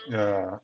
yeah